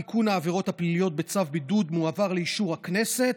תיקון העבירות הפליליות בצו בידוד מועבר לאישור הכנסת.